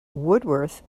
woodworth